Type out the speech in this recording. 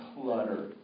clutter